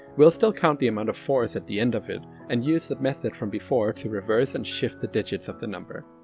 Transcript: we'll still count the amount of four s at the end of it and use the method from before to reverse and shift the digits of the number.